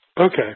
Okay